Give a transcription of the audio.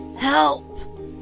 Help